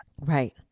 Right